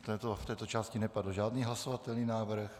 V této části nepadl žádný hlasovatelný návrh.